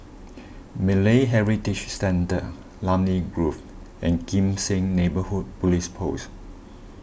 Malay Heritage Centre Namly Grove and Kim Seng Neighbourhood Police Post